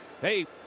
Hey